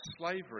slavery